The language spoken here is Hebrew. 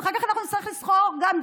אחר כך אנחנו גם נצטרך לשכור דירה.